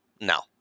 No